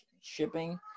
shipping